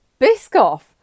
biscoff